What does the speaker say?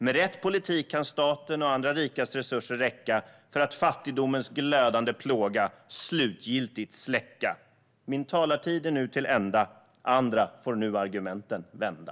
Med rätt politik kan statens och andra rikas resurser räcka för att fattigdomen glödande plåga slutgiltigt släcka. Min talartid är nu till ända - andra får nu argumenten vända.